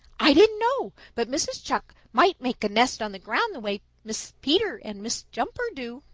i didn't know but mrs. chuck might make a nest on the ground the way mrs. peter and mrs. jumper do,